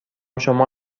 شما